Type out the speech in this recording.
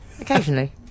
occasionally